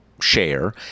share